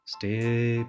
stay